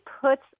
puts